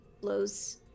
blows